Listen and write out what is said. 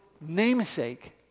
namesake